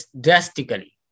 drastically